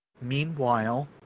meanwhile